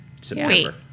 September